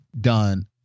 done